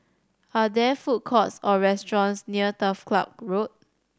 are there food courts or restaurants near Turf Ciub Road